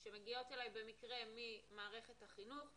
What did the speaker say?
שמגיעות אלי במקרה ממערכת החינוך,